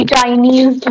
Chinese